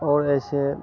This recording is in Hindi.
और ऐसे